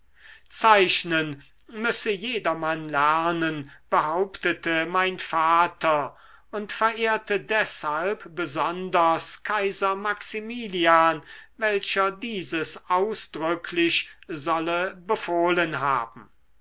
zeichnen müsse jedermann lernen behauptete mein vater und verehrte deshalb besonders kaiser maximilian welcher dieses ausdrücklich solle befohlen haben